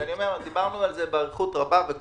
דיברנו על זה באריכות רבה, וכזכור,